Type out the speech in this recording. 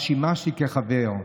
שבה שימשתי כחבר,